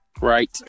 right